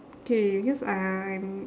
okay because I'm